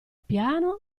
piano